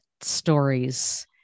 stories